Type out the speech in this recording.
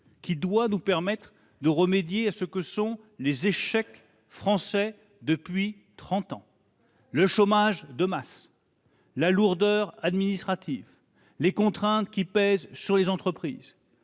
qui doit nous permettre de remédier aux échecs français depuis trente ans : le chômage de masse, la lourdeur administrative, les contraintes pesant sur les entreprises,